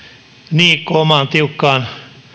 niikko omaan tiukkaan